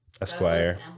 Esquire